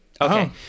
Okay